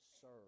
serve